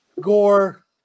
Gore